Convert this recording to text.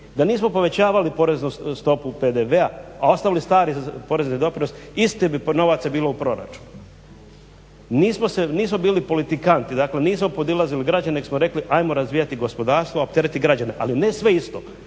Da nismo povećavali poreznu stopu PDV-a, a ostavili stari porezni doprinos isto bi novaca bilo u proračunu. Nismo bili politikanti, dakle nismo podilazili građanima nego smo rekli hajmo razvijati gospodarstvo, opteretiti građane ali ne sve isto.